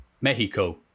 Mexico